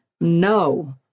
No